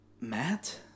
Matt